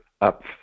up